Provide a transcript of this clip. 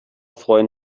freuen